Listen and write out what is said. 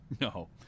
No